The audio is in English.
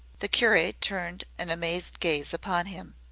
the curate turned an amazed gaze upon him.